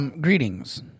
Greetings